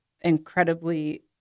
incredibly